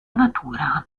natura